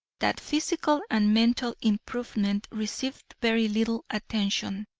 that physical and mental improvement received very little attention.